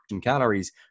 calories